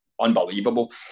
unbelievable